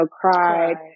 cried